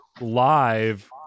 live